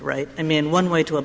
right i mean one way to a